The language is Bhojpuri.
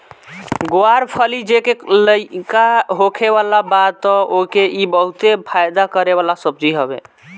ग्वार फली जेके लईका होखे वाला बा तअ ओके इ बहुते फायदा करे वाला सब्जी हवे